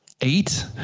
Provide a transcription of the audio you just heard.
Eight